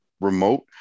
remote